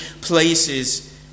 places